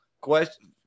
question